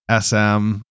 SM